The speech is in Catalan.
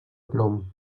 plom